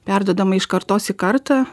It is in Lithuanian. perduodama iš kartos į kartą